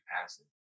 passive